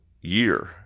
year